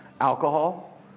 alcohol